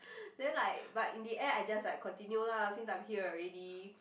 then like but in the end I just like continue lah since I'm here already